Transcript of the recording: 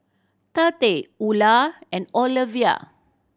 Tate Ula and Olevia